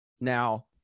Now